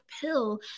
pill